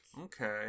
Okay